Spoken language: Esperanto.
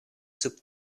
sub